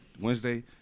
Wednesday